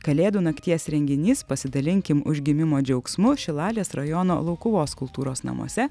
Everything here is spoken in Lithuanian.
kalėdų nakties renginys pasidalinkim užgimimo džiaugsmu šilalės rajono laukuvos kultūros namuose